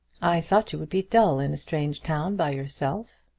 i thought you would be dull in a strange town by yourself.